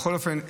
בכל אופן,